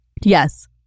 Yes